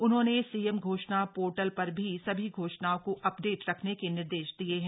उन्होंने सीएम घोषणा पोर्टल पर भी भी सभी घोषणाओं को अपडेट रखने के निर्देश दिये हैं